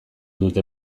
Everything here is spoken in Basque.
dute